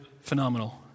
phenomenal